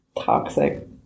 toxic